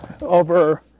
over